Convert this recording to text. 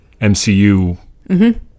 MCU